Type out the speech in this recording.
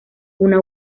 una